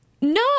No